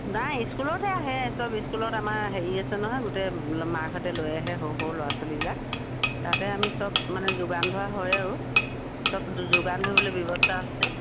নাই স্কুলতে আহে চব স্কুলত আমাৰ হেৰি আছে নহয় গোটেই মাকহেঁতে লৈ আহে সৰু সৰু ল'ৰা ছোৱালীবিলাক তাতে আমি চব মানে যোগান ধোৱা হয় আৰু যোগান ধৰিবলৈ ব্যৱস্থা আছে